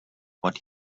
what